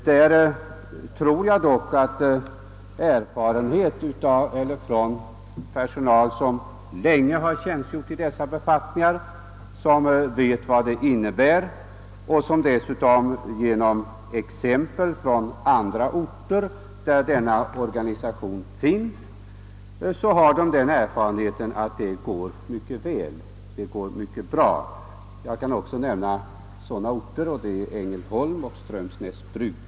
Där tror jag emellertid att de personer som tjänstgjort länge i och har stor erfarenhet av dessa befattningar — och som dessutom kan anföra exempel från andra orter där denna organisation tillämpas — kan intyga att organisationen fungerar mycket bra. Jag kan också här nämna två sådana orter, nämligen Ängelholm och Strömsnäsbruk.